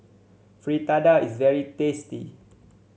fritada is very tasty